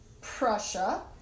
Prussia